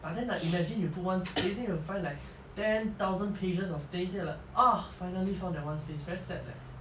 but then like imagine like you put one space then you find like ten thousand pages of things then you like ah finally found that one space very sad leh